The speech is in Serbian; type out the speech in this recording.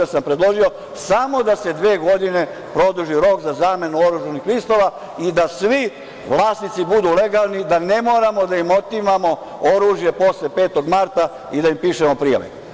Ja sam predložio samo da se dve godine produži rok za zamenu oružanih listova i da svi vlasnici budu legalni, da ne moramo da im otimamo oružje posle 5. marta i da im pišemo prijave.